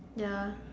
ya